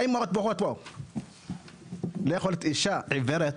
האם יכולה להיות אישה עיוורת,